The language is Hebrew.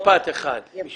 כל